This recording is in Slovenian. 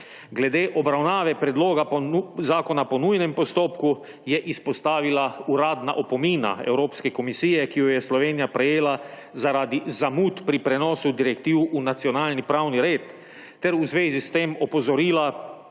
Glede obravnave predloga zakona po nujnem postopku je izpostavila uradna opomina Evropske komisije, ki ju je Slovenija sprejela zaradi zamud pri prenosu direktiv v nacionalni pravni red, ter v zvezi s tem opozorila